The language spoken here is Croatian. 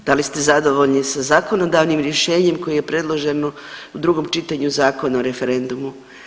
Da li ste zadovoljni sa zakonodavnim rješenjem koje je predloženo u drugom čitanju Zakona o referendumu?